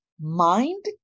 mind